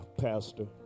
Pastor